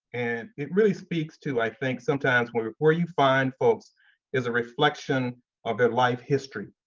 and it really speaks to, i think sometimes where where you find folks is a reflection of their life history.